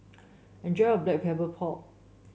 enjoy your Black Pepper Pork